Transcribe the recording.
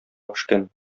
пешкән